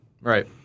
Right